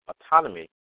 autonomy